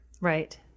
Right